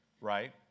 right